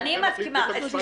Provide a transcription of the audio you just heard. צריך להחליט בית המשפט העליון.